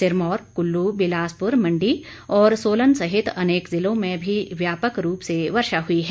सिरमौर कुल्लू बिलासपुर मंडी और सोलन सहित अनेक जिलों में भी व्यापक रूप से वर्षा हुई है